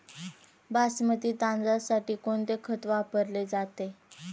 बासमती तांदळासाठी कोणते खत वापरले जाते?